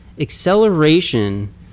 acceleration